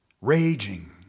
raging